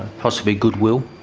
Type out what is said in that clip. possibly good will,